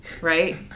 Right